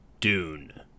Dune